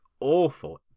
awful